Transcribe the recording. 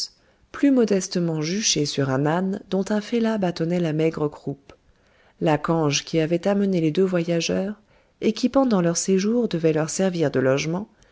plus modestement juché sur un âne dont un fellah bâtonnait la maigre croupe la cange qui avait amené les deux voyageurs et qui pendant leur séjour devait leur servir de logement